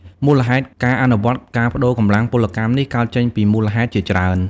មូលហេតុការអនុវត្តការប្តូរកម្លាំងពលកម្មនេះកើតចេញពីមូលហេតុជាច្រើន